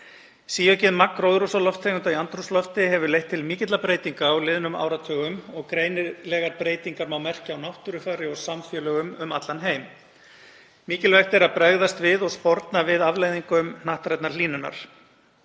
Síaukið magn gróðurhúsalofttegunda í andrúmslofti hefur leitt til mikilla breytinga á liðnum áratugum og greinilegar breytingar má merkja á náttúrufari og samfélögum um allan heim. Mikilvægt er að bregðast við og sporna við afleiðingum hnattrænnar hlýnunar.